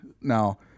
Now